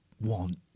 want